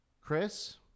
Chris